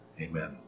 Amen